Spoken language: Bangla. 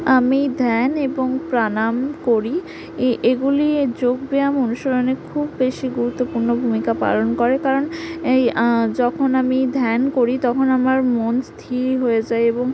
আমি ধ্যান এবং প্রাণায়াম করি এগুলিয়ে যোগ ব্যায়াম অনুসরণে খুব বেশি গুরুত্বপূর্ণ ভূমিকা পালন করে কারণ এই যখন আমি ধ্যান করি তখন আমার মন স্থির হয়ে যায় এবং